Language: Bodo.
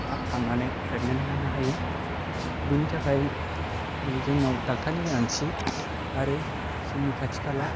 थाब थांनानै त्रितमेन्त लानो हायो बिनि थाखाय जोंनाव डाक्टर नि गोनांथि आरो जोंनि खाथि खाला